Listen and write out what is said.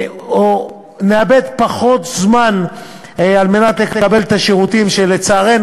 ונאבד פחות זמן כדי לקבל את השירותים שלצערנו